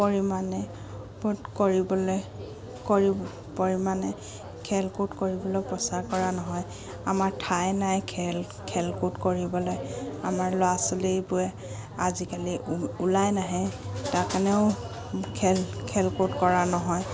পৰিমাণে কৰিবলৈ কৰিব পৰিমাণে খেল কুদ কৰিবলৈ প্ৰচাৰ কৰা নহয় আমাৰ ঠাই নাই খেল খেল কুদ কৰিবলৈ আমাৰ ল'ৰা ছোৱালীবোৰে আজিকালি ও ওলাই নাহে তাৰ কাৰণেও খেল খেল কুদ কৰা নহয়